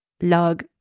Log